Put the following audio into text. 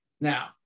Now